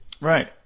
Right